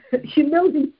humility